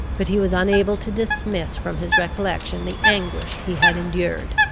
but he was unable to dismiss from his recollection the anguish he had endured.